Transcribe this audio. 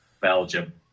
Belgium